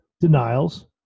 denials